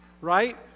right